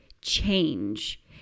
change